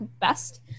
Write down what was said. best